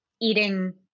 eating